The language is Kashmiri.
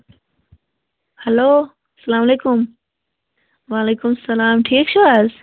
ہٮ۪لو السلام علیکُم وعلیکُم السلام ٹھیٖک چھُو حظ